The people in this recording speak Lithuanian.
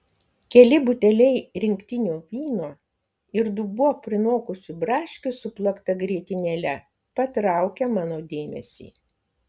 keli buteliai rinktinio vyno ir dubuo prinokusių braškių su plakta grietinėle patraukia mano dėmesį